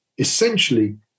Essentially